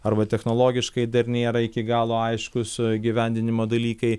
arba technologiškai dar nėra iki galo aiškūs įgyvendinimo dalykai